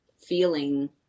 feeling